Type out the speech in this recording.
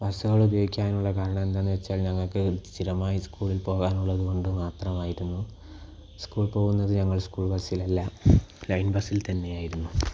ബസ്സുകൾ ഉപയോഗിക്കാനുള്ള കാരണം എന്താണെന്ന് വച്ചാൽ ഞങ്ങൾക്ക് സ്ഥിരമായി സ്കൂളിൽ പോകാനുള്ളതുകൊണ്ട് മാത്രമായിരുന്നു സ്കൂളിൽ പോകുന്നത് ഞങ്ങൾ സ്കൂൾ ബസ്സിലല്ല ലൈൻ ബസ്സിൽ തന്നെ ആയിരുന്നു